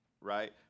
right